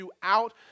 throughout